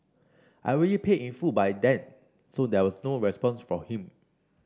I already paid in full by then so there was no response from him